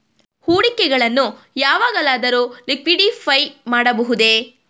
ಹೂಡಿಕೆಗಳನ್ನು ಯಾವಾಗಲಾದರೂ ಲಿಕ್ವಿಡಿಫೈ ಮಾಡಬಹುದೇ?